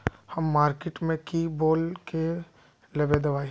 हम मार्किट में की बोल के लेबे दवाई?